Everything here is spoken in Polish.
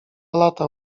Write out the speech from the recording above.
lata